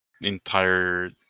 entire